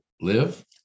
live